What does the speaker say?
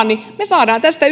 niin me saamme tästä